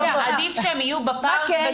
עדיף שהם יהיו בפארק,